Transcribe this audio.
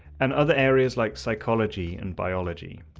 and other areas like psychology, and biology.